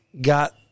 got